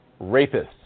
rapists